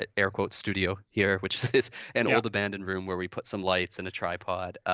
ah air quote, studio here, which is an old abandoned room where we put some lights and a tripod.